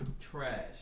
trash